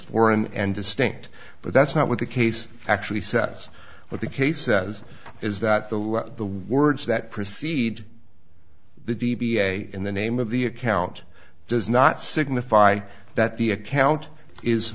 foreign and distinct but that's not what the case actually says what the case says is that the the words that precede the d b a in the name of the account does not signify that the account is